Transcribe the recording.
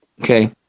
Okay